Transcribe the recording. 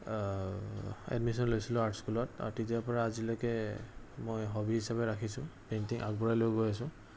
admission লৈছিলোঁ art স্কুলত আৰু তেতিয়াৰপৰা আজিলৈকে মই হ'বি হিচাপে ৰাখিছোঁ পেইণ্টিং আগবঢ়াই লৈ গৈ আছো